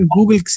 Google